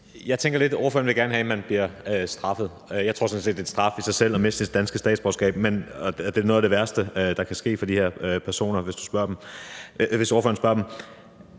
Tak for talen. Ordføreren vil gerne have, at man bliver straffet. Jeg tror sådan set, at det er en straf i sig selv at miste sit danske statsborgerskab. Det er noget af det værste, der kan ske for de her personer, hvis ordføreren spørger dem.